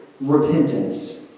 repentance